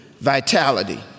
vitality